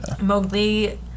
Mowgli